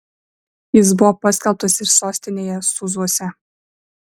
jis buvo paskelbtas ir sostinėje sūzuose